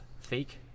fake